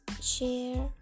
share